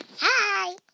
Hi